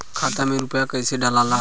खाता में रूपया कैसे डालाला?